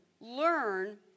learn